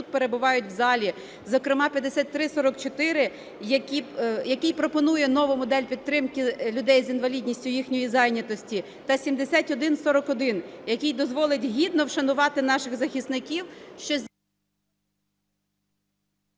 перебувають в залі, зокрема 5344, який пропонує нову модель підтримки людей з інвалідністю, їхньої зайнятості, та 7141, який дозволить гідно вшанувати наших захисників,